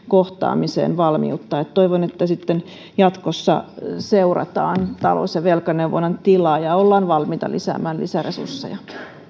kohtaamiseen toivon että jatkossa seurataan talous ja velkaneuvonnan tilaa ja ollaan valmiita lisäämään lisäresursseja